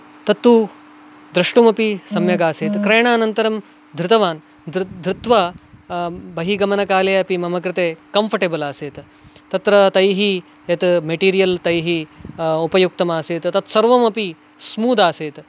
तत्तु द्रष्टुमपि सम्यक् आसीत् क्रयणानन्तरं धृतवान् धृ धृत्वा बहिः गमनकाले अपि मम कृते कम्फर्टेबल् आसीत् तत्र तैः यत् मटेरियल् तैः उपयुक्तम् आसीत् तत् सर्मपि स्मूदासीत्